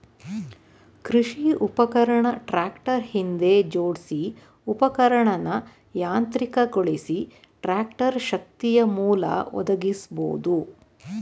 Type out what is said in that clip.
ಕೃಷಿ ಉಪಕರಣ ಟ್ರಾಕ್ಟರ್ ಹಿಂದೆ ಜೋಡ್ಸಿ ಉಪಕರಣನ ಯಾಂತ್ರಿಕಗೊಳಿಸಿ ಟ್ರಾಕ್ಟರ್ ಶಕ್ತಿಯಮೂಲ ಒದಗಿಸ್ಬೋದು